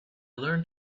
learn